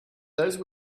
those